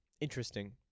Interesting